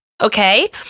okay